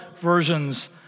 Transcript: versions